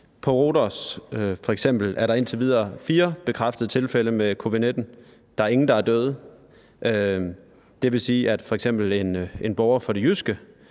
På Rhodos er der indtil videre f.eks. fire bekræftede tilfælde med covid-19. Der er ingen, der er døde. Det vil sige, at hvis f.eks. en borger fra det jyske